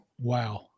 Wow